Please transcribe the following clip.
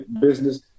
business